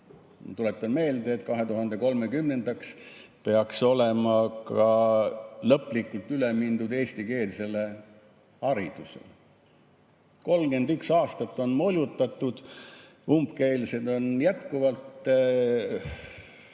Tuletan meelde, et aastaks 2030 peaks olema ka lõplikult üle mindud eestikeelsele haridusele. 31 aastat on molutatud, umbkeelseid on jätkuvalt,